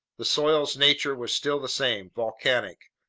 the soil's nature was still the same volcanic.